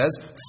says